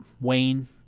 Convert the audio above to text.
Wayne